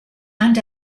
and